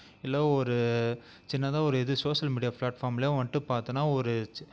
இல்லை ஒரு சின்னதாக ஒரு இது சோசியல் மீடியா ஃப்ளாட்ஃபார்ம்லேயோ வந்துட்டு பார்த்தீனா ஒரு ச்சு